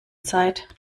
zeit